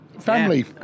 Family